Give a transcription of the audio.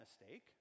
mistake